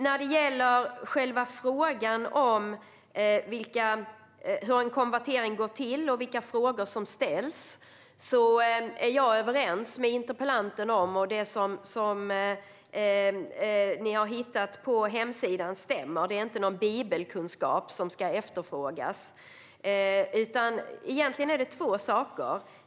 När det gäller själva frågan om hur en konvertering går till och vilka frågor som ställs är jag överens med interpellanten, och det som ni har hittat på hemsidan stämmer. Det är inte någon bibelkunskap som ska efterfrågas, utan det är två saker.